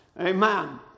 Amen